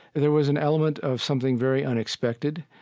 there was an element of something very unexpected.